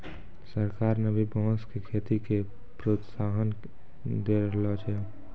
सरकार न भी बांस के खेती के प्रोत्साहन दै रहलो छै